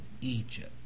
Egypt